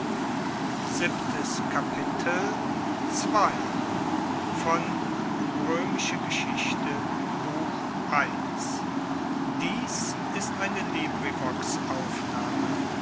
dies ist die